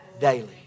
daily